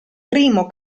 primo